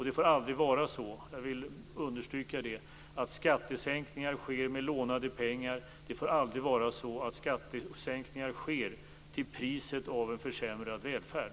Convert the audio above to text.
Det får aldrig vara så - jag vill understryka det - att skattesänkningar sker med lånade pengar eller till priset av en försämrad välfärd.